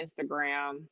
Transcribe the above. Instagram